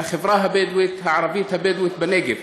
לחברה הבדואית הערבית הבדואית בנגב,